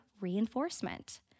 reinforcement